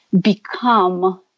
become